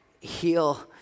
heal